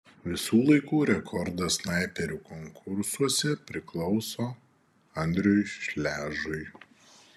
visų laikų rekordas snaiperių konkursuose priklauso andriui šležui